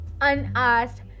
unasked